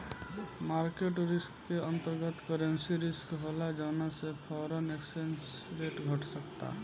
market risk के अंतर्गत, currency risk होला जौना से फॉरेन एक्सचेंज रेट घट सकता